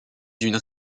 d’une